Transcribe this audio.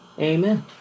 Amen